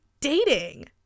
dating